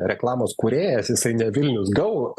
reklamos kūrėjas jisai ne vilnius go